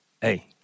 Hey